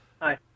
Hi